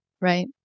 Right